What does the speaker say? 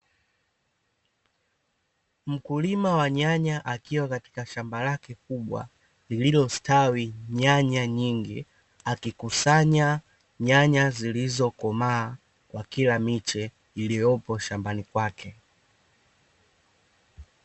Mkulima wa nyanya akiwa katika shamba lake kubwa lililo stawi nyanya nyingi akikusanya nyanya zilizokomaa kwa kila miche iliyopo shambani kwake.